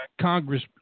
Congress